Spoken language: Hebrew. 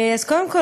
קודם כול,